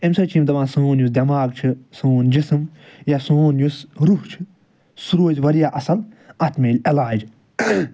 امہ سۭتۍ چھِ یِم دَپان سون یُس دماغ چھُ سون جسم یا سون یُس روح چھُ سُہ روزِ واریاہ اصَل اتھ میلہ علاج